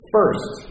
First